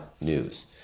news